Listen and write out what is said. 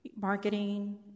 marketing